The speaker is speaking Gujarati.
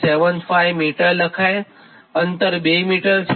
0075 m અંતર 2 m છે